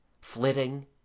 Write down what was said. flitting